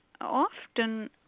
often